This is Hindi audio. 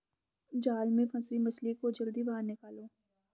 जाल में फसी मछली को जल्दी बाहर निकालो